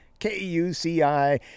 KUCI